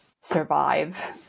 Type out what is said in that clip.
survive